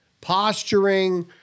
posturing